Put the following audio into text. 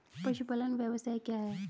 पशुपालन व्यवसाय क्या है?